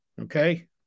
Okay